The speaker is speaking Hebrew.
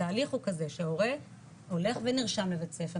התהליך הוא כזה שהורה הולך ונרשם בבית ספר,